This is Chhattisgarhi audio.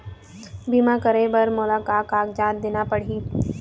बीमा करे बर मोला का कागजात देना पड़ही?